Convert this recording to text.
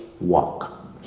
walk